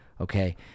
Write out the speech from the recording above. okay